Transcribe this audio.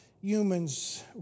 humans